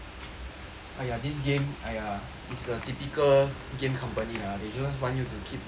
!aiya! this game !aiya! is the typical game company lah they just want you to keep playing